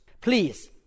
Please